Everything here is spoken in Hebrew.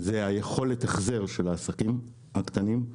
יכולת ההחזר של העסקים הקטנים,